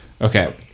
Okay